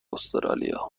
استرالیا